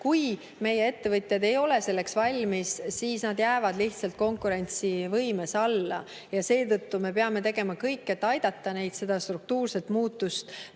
Kui meie ettevõtjad ei ole selleks valmis, siis nad jäävad lihtsalt konkurentsivõimes alla, ja seetõttu me peame tegema kõik, et aidata neid seda struktuurset muutust